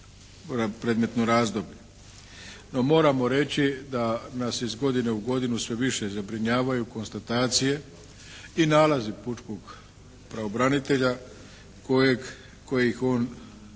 moramo reći da nas iz godine u godinu sve više zabrinjavaju konstatacije i nalazi pučkog pravobranitelja kojeg,